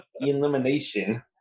elimination